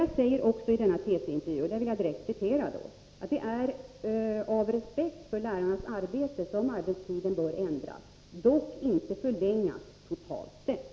Jag sade också i TT-intervjun: ”Det är av respekt för lärarnas arbete som arbetstiden bör ändras, dock inte förlängas totalt sett.”